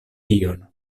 ion